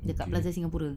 dekat plaza singapura